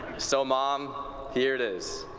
so mom, here it is.